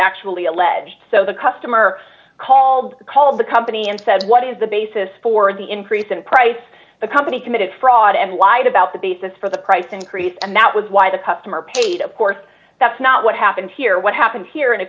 actually alleged so the customer called call the company and said what is the basis for the increase in price the company committed fraud and lied about the basis for the price increase and that was why the customer paid of course that's not what happened here what happened here and if